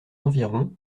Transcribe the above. environs